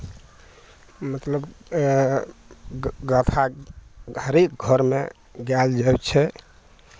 मतलब ग् गाथा हरेक घरमे गायल जाइ छै